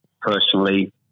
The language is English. personally